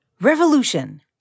revolution